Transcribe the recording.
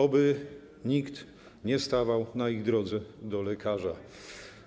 Oby nikt nie stawał na ich drodze do lekarza,